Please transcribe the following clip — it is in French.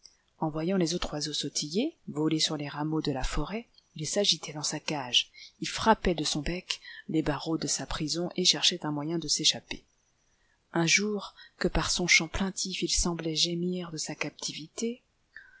en voyant les autres oiseaux sautiller voler sur les rameaux de la forêt il s'agitait dans sa cage il frappait de son bec les barreaux de sa prison et cherchait un moyen de s'échapper un jour que par son chant plaintif il semblait gémir de sa captivité